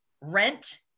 rent